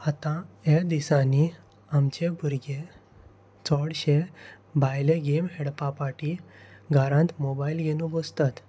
आतां ह्या दिसांनी आमचे भुरगे चडशे भायले गेम खेळपा पाटी घरांत मोबायल घेवन बसतात